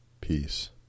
peace